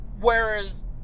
whereas